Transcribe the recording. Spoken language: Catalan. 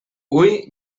hui